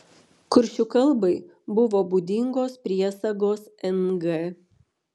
kuršių kalbai buvo būdingos priesagos ng